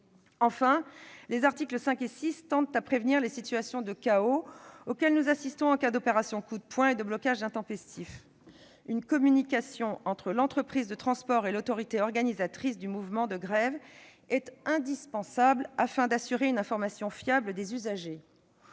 Enfin, les articles 5 et 6 tendent à prévenir les situations de chaos auxquelles nous assistons en cas d'opérations coup de poing et de blocages intempestifs. Une communication entre l'entreprise de transport et l'autorité organisatrice du mouvement de grève est indispensable, afin d'assurer une information fiable des usagers.